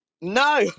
No